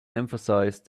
emphasized